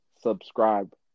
subscribe